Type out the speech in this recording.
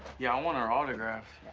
yeah, i want her autograph.